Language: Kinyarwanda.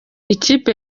ikipe